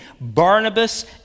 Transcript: Barnabas